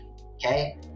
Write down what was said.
okay